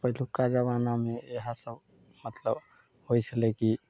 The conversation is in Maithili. पहिलुका जमानामे इएह सब मतलब होइ छलय की